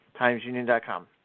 TimesUnion.com